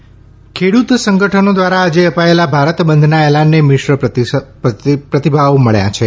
ભારત બંધ ખેડૂત સંગઠનો દ્વારા આજે અપાયેલા ભારત બંધના એલાનને મિશ્ર પ્રતિભાવ મળ્યા છે